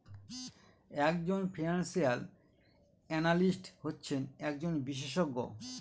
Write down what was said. এক জন financial analyst হচ্ছেন একজন বিশেষজ্ঞ